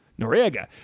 Noriega